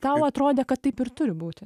tau atrodė kad taip ir turi būti